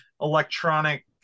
electronic